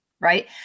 right